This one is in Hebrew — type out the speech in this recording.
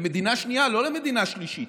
למדינה שנייה, לא למדינה שלישית.